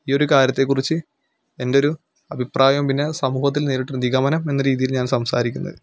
ഈയൊരു കാര്യത്തെക്കുറിച്ച് എൻ്റെ ഒരു അഭിപ്രായവും പിന്നെ സമൂഹത്തിൽ നേരിട്ട് ഒരു നിഗമനം എന്ന രീതിയിൽ ഞാൻ സംസാരിക്കുന്നത്